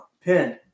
pin